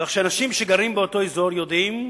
כך שאנשים שגרים באותו אזור יודעים מיהו,